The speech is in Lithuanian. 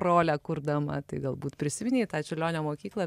rolę kurdama tai galbūt prisiminei tą čiurlionio mokyklą